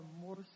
more